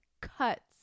cuts